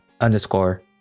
underscore